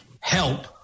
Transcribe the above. help